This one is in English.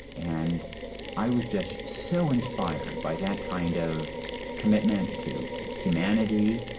and i was just so inspired by that kind of commitment to humanity,